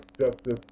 Justice